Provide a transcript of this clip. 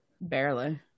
Barely